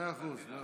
אל תדאג.